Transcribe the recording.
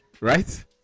Right